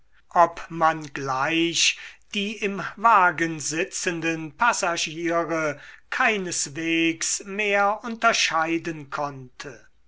ob man gleich die im wagen sitzenden passagiere keineswegs mehr unterscheiden konnte